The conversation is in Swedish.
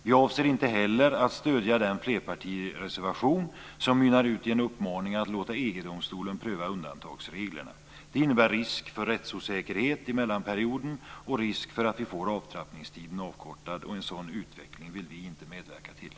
Vi avser inte heller att stödja den flerpartireservation som mynnar ut i en uppmaning att låta EG-domstolen pröva undantagsreglerna. Det innebär risk för rättsosäkerhet i mellanperioden och risk för att vi får avtrappningstiden avkortad. En sådan utveckling vill vi inte medverka till.